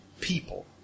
people